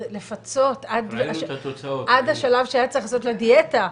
לפצות עד לשלב שהיה צריך לעשות לה דיאטה,